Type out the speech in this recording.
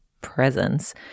presence